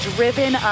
Driven